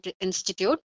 institute